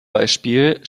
beispiel